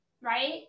right